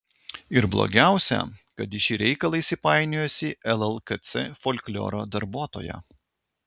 ir blogiausia kad į šį reikalą įsipainiojusi llkc folkloro darbuotoja